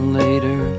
later